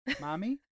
Mommy